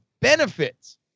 benefits